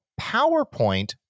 PowerPoint